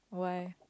why